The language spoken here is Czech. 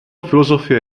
filosofie